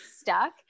stuck